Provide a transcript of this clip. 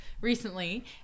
recently